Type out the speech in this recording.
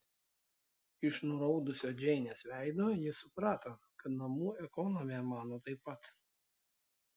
iš nuraudusio džeinės veido ji suprato kad namų ekonomė mano taip pat